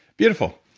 beautiful.